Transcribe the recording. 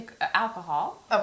alcohol